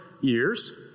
years